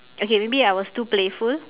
okay maybe I was too playful